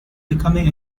becoming